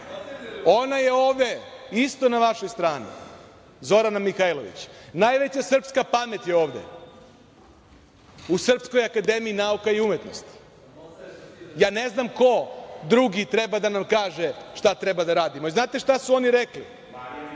Ona je ovde isto na vašoj strani, Zorana Mihajlović, najveća srpska pamet je ovde, u SANU. Ne znam ko drugi treba da nam kaže šta treba da radimo. Znate šta su oni rekli?